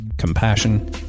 compassion